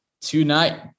tonight